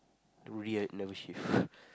weird never shave